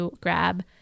grab